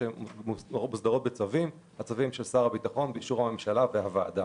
שמוסדרות בצווים של שר הביטחון ובאישור הממשלה והוועדה.